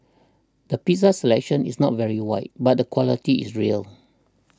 the pizza selection is not very wide but the quality is real